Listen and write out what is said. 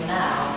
now